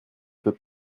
peut